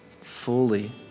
fully